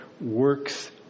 works